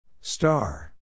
Star